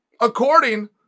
according